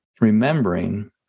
remembering